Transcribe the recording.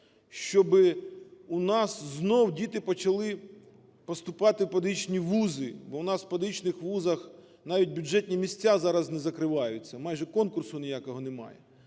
щоби у нас знов діти почали поступати в педагогічні вузи. Бо в нас в педагогічних вузах навіть бюджетні місця зараз не закриваються, майже конкурсу ніякого немає.